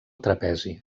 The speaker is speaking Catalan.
trapezi